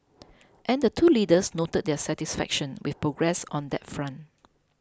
and the two leaders note their satisfaction with progress on that front